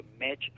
match